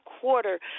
quarter